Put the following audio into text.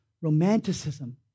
romanticism